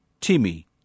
Timmy